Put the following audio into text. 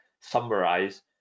summarize